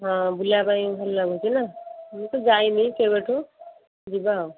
ହଁ ବୁଲିବା ପାଇଁ ଭଲ ଲାଗୁଛି ନା ମୁଁ ତ ଯାଇନି କେବେଠୁ ଯିବା ଆଉ